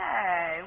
Hey